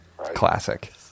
classic